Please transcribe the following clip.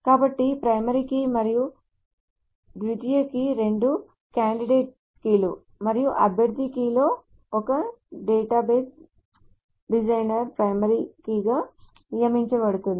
కాబట్టి primary key మరియు ద్వితీయ కీ రెండూ కాండిడేట్ కీ లు మరియు అభ్యర్థి కీలలో ఒకటి డేటాబేస్ డిజైనర్ ప్రైమరీ కీగా నియమించబడుతుంది